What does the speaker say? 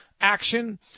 action